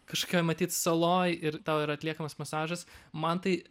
kažkokioje matyt saloj ir tau yra atliekamas masažas man tai